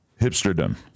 hipsterdom